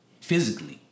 physically